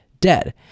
dead